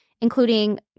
including